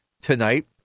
tonight